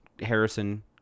Harrison